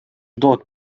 долг